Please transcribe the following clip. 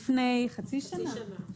לפני חצי שנה או שנה.